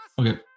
Okay